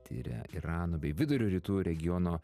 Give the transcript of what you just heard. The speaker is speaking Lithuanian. tiria irano bei vidurio rytų regiono